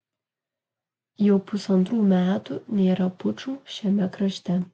jau pusantrų metų nėra pučų šiame krašte